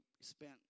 spent